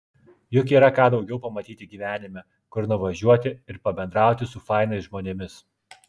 juk yra ką daugiau pamatyti gyvenime kur nuvažiuoti ir pabendrauti su fainais žmonėmis